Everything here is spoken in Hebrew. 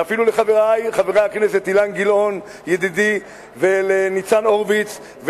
ואפילו לחברי חברי הכנסת אילן גילאון ידידי וניצן הורוביץ,